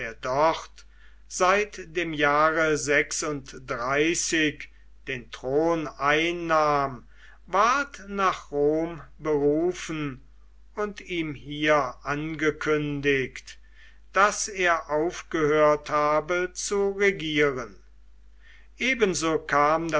dort seit dem jahre den thron einnahm ward nach rom berufen und ihm hier angekündigt daß er aufgehört habe zu regieren ebenso kam